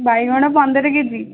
ବାଇଗଣ ପନ୍ଦର କେଜି